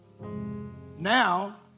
Now